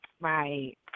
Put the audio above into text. Right